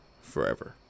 forever